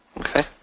Okay